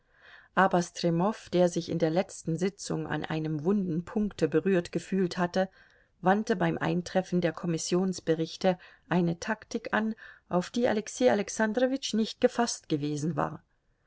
aber stremow der sich in der letzten sitzung an einem wunden punkte berührt gefühlt hatte wandte beim eintreffen der kommissionsberichte eine taktik an auf die alexei alexandrowitsch nicht gefaßt gewesen war